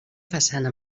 façana